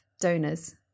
donor's